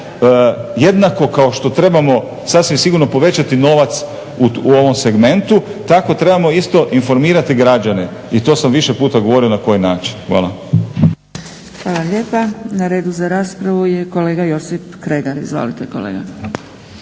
jednako kao što trebamo, sasvim sigurno povećati novac u ovom segmentu, tako trebamo isto informirati građane. I to sam više puta govorio na koji način. Hvala. **Zgrebec, Dragica (SDP)** Hvala lijepa. Na redu za raspravu je kolega Josip Kregar, izvolite kolega.